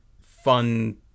fun